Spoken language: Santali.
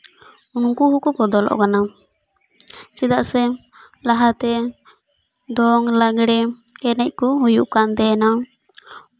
ᱱᱩᱠᱩ ᱠᱚᱠᱚ ᱵᱚᱫᱚᱞᱚᱜ ᱠᱟᱱᱟ ᱪᱮᱫᱟᱜ ᱥᱮ ᱞᱟᱦᱟᱛᱮ ᱫᱚᱝ ᱞᱟᱜᱽᱲᱮ ᱮᱱᱮᱡ ᱠᱚ ᱦᱩᱭᱩᱜ ᱠᱟᱱ ᱛᱟᱦᱮᱱᱟ